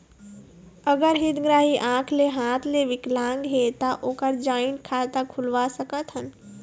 अगर हितग्राही आंख ले हाथ ले विकलांग हे ता ओकर जॉइंट खाता खुलवा सकथन?